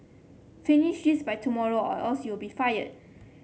finish this by tomorrow or else you'll be fired